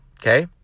Okay